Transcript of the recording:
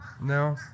No